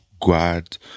guard